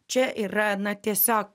čia yra na tiesiog